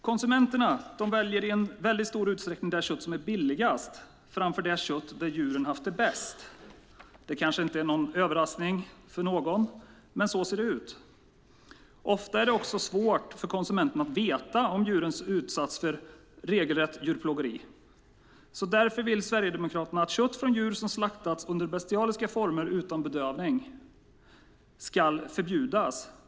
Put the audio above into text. Konsumenterna väljer i stor utsträckning det kött som är billigast framför det kött där djuren haft det bäst. Det kanske inte är någon överraskning för någon, men så ser det ut. Ofta är det också svårt för konsumenten att veta om djuren har utsatts för regelrätt djurplågeri. Därför vill Sverigedemokraterna att kött från djur som har slaktats under bestialiska former utan bedövning ska förbjudas.